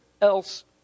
else